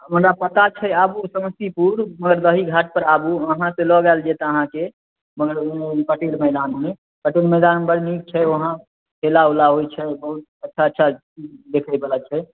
हमरा पता छै आबु समस्तीपुर मगरदही घाट पर आबू वहाँ से लऽ जायल जाएत आहाँके मगरदहीमे पटेल मैदानमे पटेल मैदान बड़ नीक छै वहाँ खेला उला होइ छै बहुत अच्छा अच्छा देखैबला छै